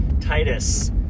Titus